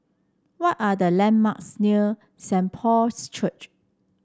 what are the landmarks near Saint Paul's Church